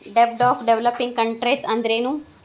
ಡೆಬ್ಟ್ of developing countries ಅಂದ್ರೇನು?